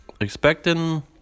expecting